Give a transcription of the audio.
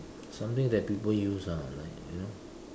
something that people use ah like you know